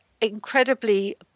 incredibly